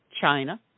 China